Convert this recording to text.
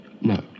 No